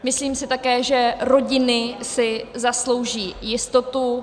Myslím si také, že rodiny si zaslouží jistotu.